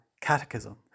catechism